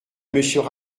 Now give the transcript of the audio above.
monsieur